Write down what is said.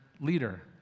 leader